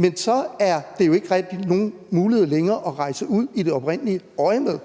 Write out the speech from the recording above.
men så er det jo ikke rigtig nogen mulighed længere at rejse ud i det oprindelige øjemed.